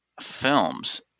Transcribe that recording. films